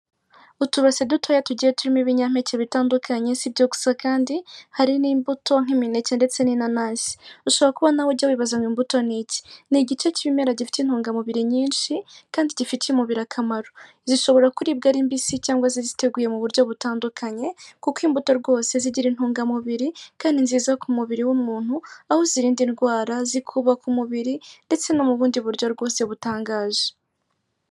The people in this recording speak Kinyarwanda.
Utubase dutoya tugiye turimo ibinmpeke bitandukanye si ibyo gusa kandi hari n'imbuto nk'imineke ndetse n'inanasi ushobora kubona ujya wibazaya imbuto ni iki? ni igice cy'ibimera gifite intungamubiri nyinshi kandi gifitiye umubiri akamaro zishobora kuribwa ari mbisi cyangwa se ziteguye mu buryo butandukanye kuko imbuto rwose zigira intungamubiri kandi nziza ku mubiri w'umuntu aho uzirinda indwara zikubaka umubiri ndetse no mu bundi buryo bwose butangaje.